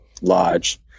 lodge